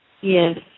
Yes